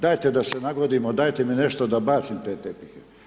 Dajte da se nagodimo, dajte mi nešto da bacim te tepihe.